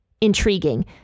intriguing